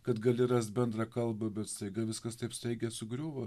kad gali rast bendrą kalbą bet staiga viskas taip staigiai sugriuvo